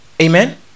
Amen